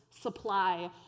supply